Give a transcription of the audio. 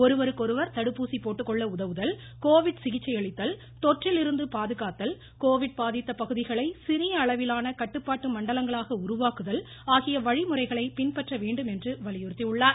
ஒருவருக்கொருவர் தடுப்பூசி போட்டுக்கொள்ள உதவுதல் கோவிட் சிகிச்சையளித்தல் தொற்றிலிருந்து பாதுகாத்தல் கோவிட் பாதித்த பகுதிகளை சிறிய அளவிலான கட்டுப்பாட்டு மண்டலங்களாக உருவாக்குதல் ஆகிய வழிமுறைகளை பின்பற்ற வேண்டும் என்று வலியுறுத்தியுள்ளார்